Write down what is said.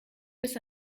bis